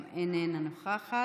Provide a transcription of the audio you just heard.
גם היא איננה נוכחת.